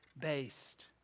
based